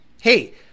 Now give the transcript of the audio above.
Hey